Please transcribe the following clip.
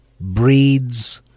breeds